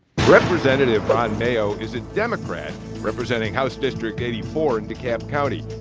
representative ron mayo is a democrat representing house district eighty four in dekalb county.